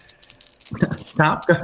Stop